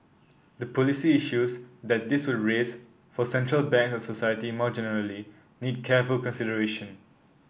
the policy issues that this would raise for central bank and society more generally need careful consideration